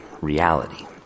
reality